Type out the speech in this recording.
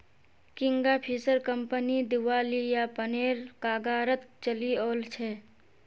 Kingfisher company दिवालियापनेर कगारत चली ओल छै